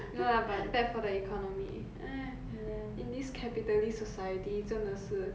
no lah but bad for the economy in this capitalist society 真的是